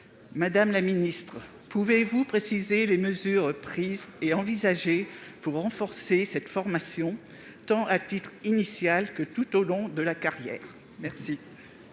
Madame la ministre, pouvez-vous préciser les mesures prises et envisagées pour renforcer cette formation, tant au titre de la formation initiale que tout au long de la carrière ? La